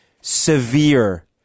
severe